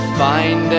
find